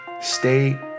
Stay